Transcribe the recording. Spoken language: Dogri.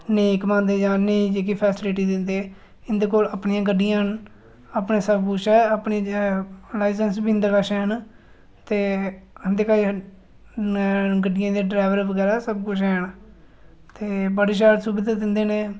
नेईं घुमांदे जां नेईं जेह्की फैस्लिटी दिंदे इं'दे कोल अपनियां गड्डियां न अपना सबकिश ऐ अपना लाईसेंस बी इं'दे कश हैन ते इं'दे कश गड्डियें दे डरैवर बगैरा सबकिश हैन ते बड़ी शैल सुविधा दिंदे न एह्